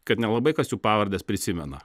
kad nelabai kas jų pavardes prisimena